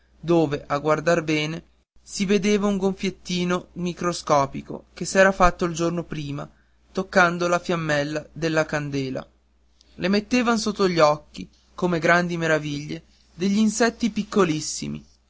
dove a guardar bene si vedeva un gonfiettino microscopico che s'era fatto il giorno prima toccando la fiammella della candela le mettevan sotto gli occhi come grandi meraviglie degl'insetti piccolissimi